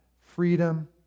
freedom